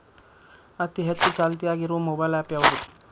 ಅತಿ ಹೆಚ್ಚ ಚಾಲ್ತಿಯಾಗ ಇರು ಮೊಬೈಲ್ ಆ್ಯಪ್ ಯಾವುದು?